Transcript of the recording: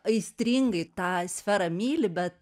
aistringai tą sferą myli bet